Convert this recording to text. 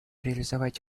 реализовать